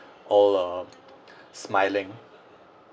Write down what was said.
all uh smiling